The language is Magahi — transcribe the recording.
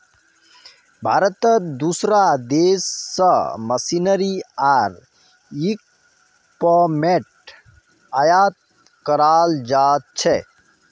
भारतत दूसरा देश स मशीनरी आर इक्विपमेंट आयात कराल जा छेक